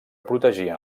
protegien